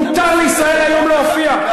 מותר ל"ישראל היום" להופיע,